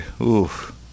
Oof